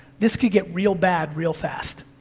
this could get real bad real fast.